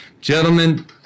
Gentlemen